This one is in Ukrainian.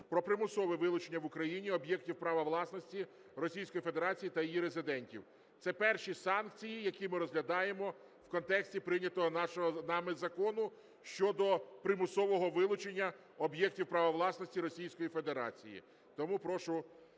про примусове вилучення в Україні об'єктів права власності Російської Федерації та її резидентів. Це перші санкції, які ми розглядаємо в контексті прийнятого нами Закону щодо примусового вилучення об'єктів права власності Російської Федерації, тому прошу